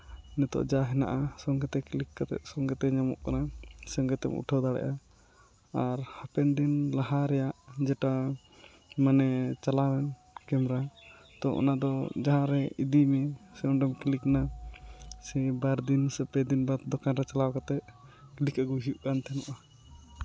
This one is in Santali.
ᱱᱤᱛᱳᱜ ᱡᱟ ᱦᱮᱱᱟᱜᱼᱟ ᱥᱚᱸᱜᱮ ᱛᱮ ᱠᱞᱤᱠ ᱠᱟᱛᱮᱫ ᱥᱚᱸᱜᱮ ᱛᱮ ᱧᱟᱢᱚᱜ ᱠᱟᱱᱟ ᱥᱚᱸᱜᱮ ᱛᱮᱢ ᱩᱴᱷᱟᱹᱣ ᱫᱟᱲᱮᱭᱟᱜᱼᱟ ᱟᱨ ᱦᱟᱯᱮᱱ ᱫᱤᱱ ᱞᱟᱦᱟ ᱨᱮᱭᱟᱜ ᱡᱮᱴᱟ ᱢᱟᱱᱮ ᱪᱟᱞᱟᱣᱮᱱ ᱠᱮᱢᱨᱟ ᱛᱚ ᱚᱱᱟ ᱫᱚ ᱡᱟᱦᱟᱸ ᱨᱮ ᱤᱫᱤ ᱢᱮᱭᱟᱭ ᱥᱮ ᱚᱸᱰᱮᱢ ᱠᱞᱤᱠᱱᱟ ᱥᱮ ᱵᱟᱨ ᱫᱤᱱ ᱥᱮ ᱯᱮ ᱫᱤᱱ ᱫᱚ ᱫᱚᱠᱟᱱ ᱨᱮ ᱪᱟᱞᱟᱣ ᱠᱟᱛᱮᱫ ᱠᱞᱤᱠ ᱟᱹᱜᱩᱭ ᱦᱩᱭᱩᱜ ᱠᱟᱱ ᱛᱟᱦᱮᱱᱚᱜᱼᱟ